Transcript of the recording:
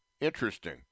Interesting